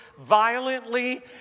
violently